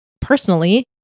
personally